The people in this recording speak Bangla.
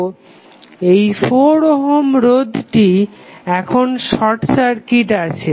তো এই 4 ওহম রোধটি এখন শর্ট সার্কিট আছে